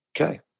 Okay